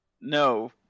no